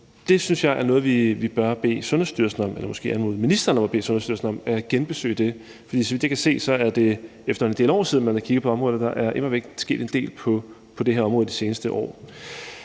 er noget, som vi bør bede Sundhedsstyrelsen om eller måske anmode ministeren om at bede Sundhedsstyrelsen om at genbesøge. For så vidt jeg kan se, er det efterhånden en del år siden, man har kigget på området, og der er immer væk sket en del på det her område de seneste år.